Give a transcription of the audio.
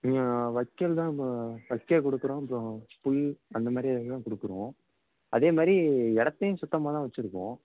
வைக்கோல் தான் வக்கே கொடுக்குறோம் அப்புறோம் புல் அந்த மாரி இது தான் கொடுக்குறோம் அதே மாதிரி இடத்தையும் சுத்தமாக தான் வச்சுருக்கோம்